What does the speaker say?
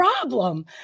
problem